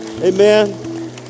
Amen